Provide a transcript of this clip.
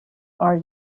are